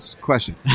question